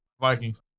Vikings